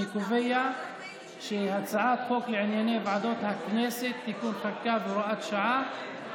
אני קובע שהצעת חוק לענייני ועדות הכנסת (תיקוני חקיקה והוראת שעה),